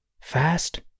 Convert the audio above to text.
fast